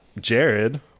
Jared